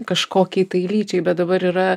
kažkokiai tai lyčiai bet dabar yra